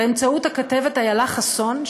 באמצעות הכתבת איילה חסון,